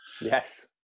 Yes